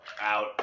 Out